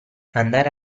andare